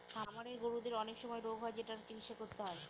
খামারের গরুদের অনেক সময় রোগ হয় যেটার চিকিৎসা করতে হয়